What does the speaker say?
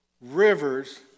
rivers